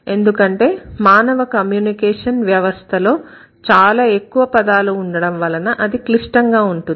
ఎందుకంటే మానవ కమ్యూనికేషన్ వ్యవస్థలో చాలా ఎక్కువ పదాలు వాక్యాలు ఉండడం వలన అది క్లిష్టంగా ఉంటుంది